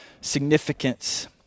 significance